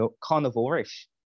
carnivore-ish